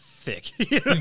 Thick